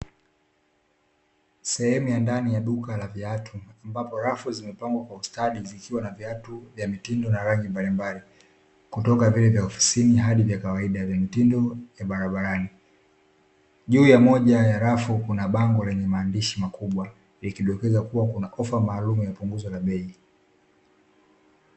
Sehemu ya ndani ya duka la viatu ambapo rafu zimepangwa kwa ustadi zikiwa na viatu vya mitindo na rangi mbalimbali, kutoka vile vya ofisini hadi vya kawaida vya mitindo ya barabarani. Juu ya moja ya rafu kuna bango lenye maandishi makubwa, likidokeza kuwa kuna ofa maalumu ya punguzo la bei.